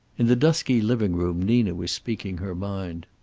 in the dusky living-room nina was speaking her mind.